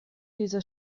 diese